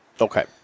Okay